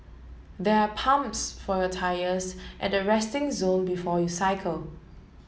there are pumps for your tyres at the resting zone before you cycle